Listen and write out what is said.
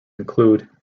include